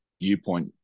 viewpoint